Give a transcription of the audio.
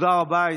תודה רבה.